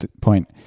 point